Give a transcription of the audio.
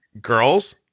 girls